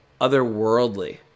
otherworldly